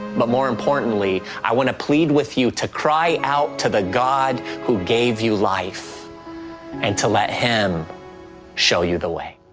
but more importantly, i want to plead with you to cry out to the god who gave you life and to let him show you the way.